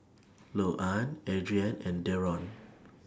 Louann Adrianne and Deron